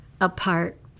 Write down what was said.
apart